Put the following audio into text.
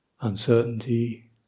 uncertainty